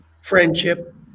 Friendship